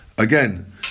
Again